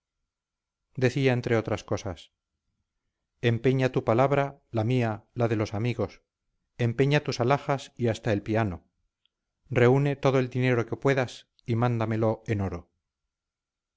decía entre otras cosas empeña tu palabra la mía la de los amigos empeña tus alhajas y hasta el piano reúne todo el dinero que puedas y mándamelo en oro